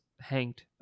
hanged